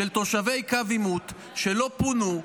של תושבי קו עימות שלא פונו,